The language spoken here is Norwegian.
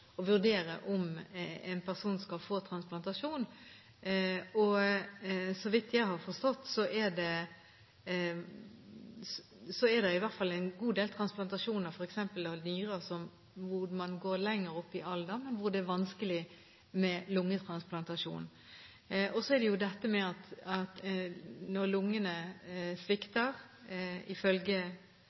vurdere om en person skal få transplantasjon. Så vidt jeg har forstått, er det slik, i hvert fall for en god del transplantasjoner, f.eks. av nyrer, at man går lenger opp i alder, men det er vanskelig når det gjelder lungetransplantasjon. Så er det dette med at når lungene svikter, ifølge